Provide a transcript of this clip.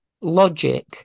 logic